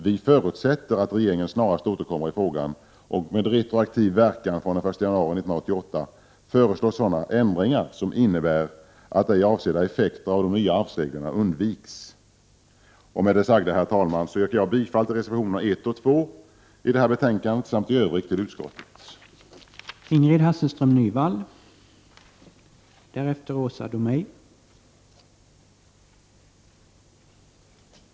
Vi förutsätter att regeringen snarast återkommer i frågan och att den med retroaktiv verkan från den 1 januari 1988 föreslår sådana ändringar som innebär att ej avsedda effekter av de nya arvsreglerna undvikes. Med det sagda, herr talman, yrkar jag bifall till reservationerna 1 och 2 samt i övrigt till utskottets hemställan.